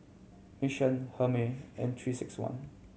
Mission Hermes and Three Six One